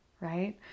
right